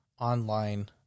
online